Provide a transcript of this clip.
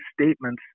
statement's